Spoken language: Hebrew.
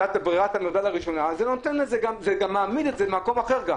אם זאת ברירת המחדל הראשונה אז זה גם מעמיד את זה במקום אחר.